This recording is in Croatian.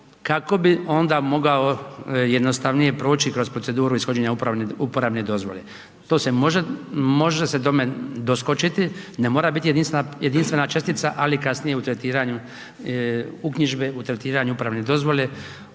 kako bi onda mogao jednostavnije proći kroz proceduru ishođenja uporabne dozvole. To se može, može se tome doskočiti, ne mora biti jedinstvena čestica ali kasnije u tretiranju uknjižbe, u tretiranju upravne dozvole,